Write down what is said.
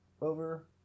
Over